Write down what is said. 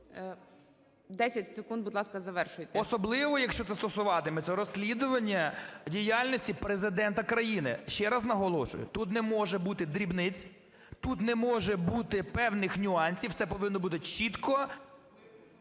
10 секунд. Будь ласка, завершуйте. КАПЛІН С.М. Особливо, якщо це стосуватиметься розслідування діяльності Президента країни. Ще раз наголошую, тут не може бути дрібниць. Тут не може бути певних нюансів. Все повинно бути чітко…